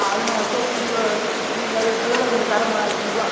ஆ அதனால தான் உங்கள் நீங்கள் அது அதெலாம் கொஞ்சம் தரமாக இருக்குதுங்களா